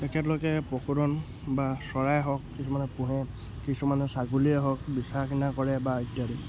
তেখেতলোকে পশুধন বা চৰাই হওক কিছুমানে পোহে কিছুমানে ছাগলীয়ে হওক বেচা কিনা কৰে বা ইত্যাদি